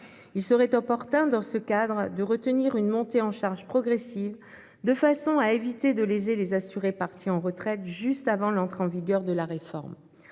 Il serait opportun, dans ce cadre, de choisir une montée en charge progressive, de façon à éviter de léser les assurés partis à la retraite juste avant l'entrée en vigueur de la réforme.